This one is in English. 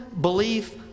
belief